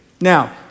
Now